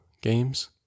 Games